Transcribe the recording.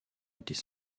étaient